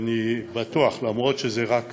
ואני בטוח, אף-על-פי שזאת רק